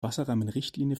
wasserrahmenrichtlinie